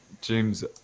James